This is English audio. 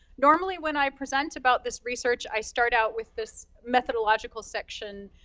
normally, when i present about this research i start out with this methodological section.